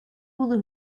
hula